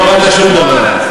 לא להפריע לנואם.